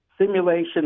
simulation